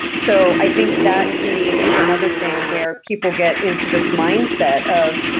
so i think that, to me, is another thing where people get into this mindset of,